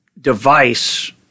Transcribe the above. device